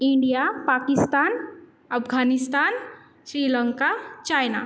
India Pakistan Afghanistan Sri Lanka China